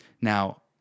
Now